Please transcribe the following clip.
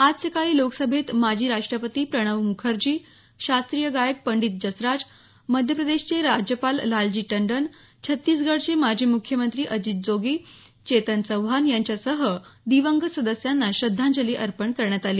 आज सकाळी लोकसभेत माजी राष्टपती प्रणव मुखर्जी शास्त्रीय गायक पंडित जसराज मध्यप्रदेशचे राज्यपाल लालजी टंडन छत्तीसगडचे माजी मुख्यमंत्री अजित जोगी चेतन चौहान यांच्यासह दिवंगत सदस्यांना श्रद्धांजली अर्पण करण्यात आली